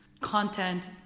content